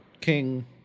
king